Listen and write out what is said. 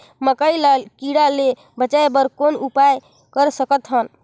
मकई ल कीड़ा ले बचाय बर कौन उपाय कर सकत हन?